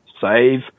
save